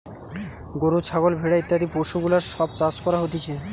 গরু, ছাগল, ভেড়া ইত্যাদি পশুগুলার সব চাষ করা হতিছে